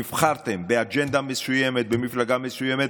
נבחרת באג'נדה מסוימת במפלגה מסוימת.